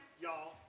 Y'all